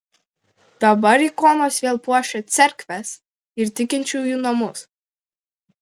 dabar ikonos vėl puošia cerkves ir tikinčiųjų namus